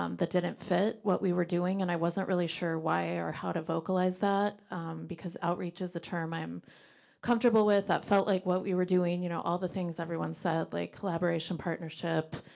um that didn't fit what we were doing. and i wasn't really sure why or how to vocalize that because outreach is a term i'm comfortable with, that felt like what we were doing. you know all the things everyone said, like collaboration, partnership,